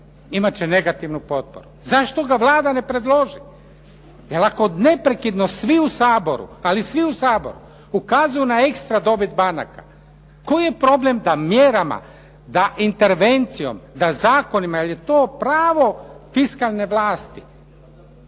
imat će negativnu potporu. Zašto ga Vlada ne predloži? Jer ako neprekidno svi u Saboru, ali svi u Saboru ukazuju na ekstra dobit banaka, koji je problem da mjerama, da intervencijom, da zakonima jer je to pravo fiskalne vlasti